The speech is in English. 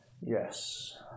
Yes